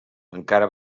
encara